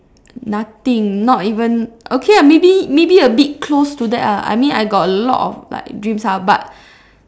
nothing not even okay lah maybe maybe a bit close to that lah I mean I got a lot of like dreams lah but